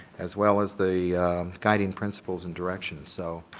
as well as the guiding principles and directions so,